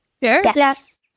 Yes